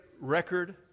record